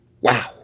Wow